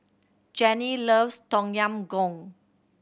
Jannie loves Tom Yam Goong